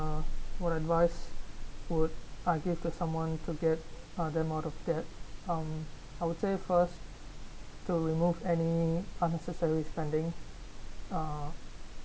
uh what advice would I give to someone to get uh them out of debt um I would say first to remove any unnecessary spending uh